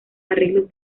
arreglos